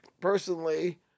personally